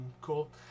cool